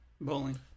Bowling